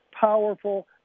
powerful